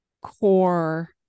core